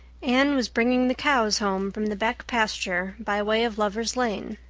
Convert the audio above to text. anne was bringing the cows home from the back pasture by way of lover's lane.